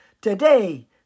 Today